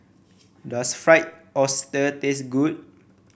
does Fried Oyster taste good